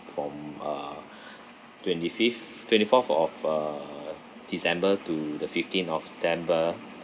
from uh twenty fifth twenty fourth of uh december to the fifteen of december